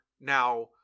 Now